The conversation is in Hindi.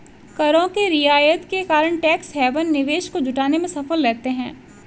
करों के रियायत के कारण टैक्स हैवन निवेश को जुटाने में सफल रहते हैं